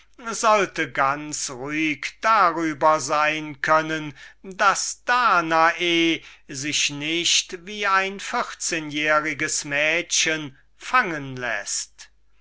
sollte ganz ruhig darüber sein können daß sich danae nicht wie ein vierzehnjähriges mädchen fangen läßt